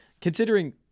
considering